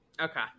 Okay